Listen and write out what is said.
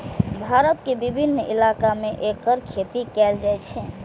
भारत के विभिन्न इलाका मे एकर खेती कैल जाइ छै